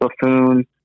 buffoon